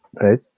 right